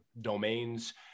domains